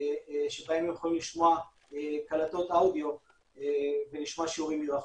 שבהם הם יכולים לשמוע קלטות אודיו ולשמוע שיעורים מרחוק.